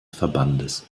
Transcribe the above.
verbandes